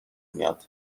میاد